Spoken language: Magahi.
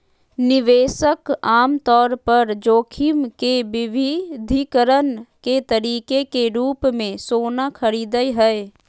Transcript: निवेशक आमतौर पर जोखिम के विविधीकरण के तरीके के रूप मे सोना खरीदय हय